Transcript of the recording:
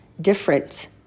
different